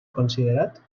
considerat